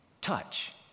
touch